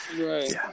right